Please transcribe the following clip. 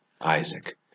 Isaac